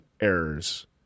errors